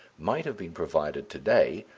might have been provided to-day,